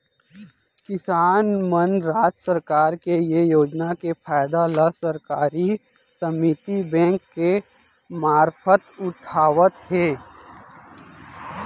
किसान मन राज सरकार के ये योजना के फायदा ल सहकारी समिति बेंक के मारफत उठावत हें